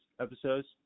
episodes